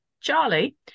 Charlie